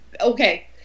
Okay